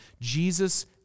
Jesus